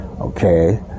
Okay